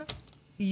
עולים